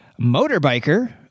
motorbiker